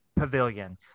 Pavilion